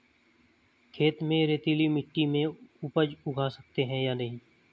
खेत में रेतीली मिटी में उपज उगा सकते हैं या नहीं?